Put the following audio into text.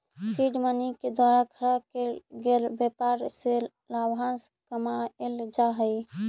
seed money के द्वारा खड़ा केल गेल व्यापार से लाभांश कमाएल जा हई